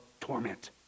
torment